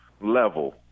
level